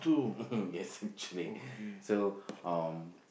yes actually so um